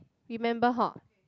remember hor